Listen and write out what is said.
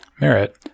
merit